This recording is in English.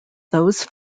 those